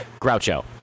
Groucho